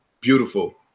beautiful